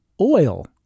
Oil